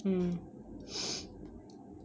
mm